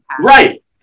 Right